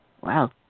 wow